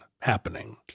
happening